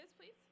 please